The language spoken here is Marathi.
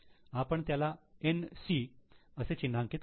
आपण त्याला 'NC' असे चिन्हांकित करू